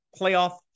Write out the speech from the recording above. playoff